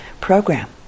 program